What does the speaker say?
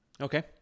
Okay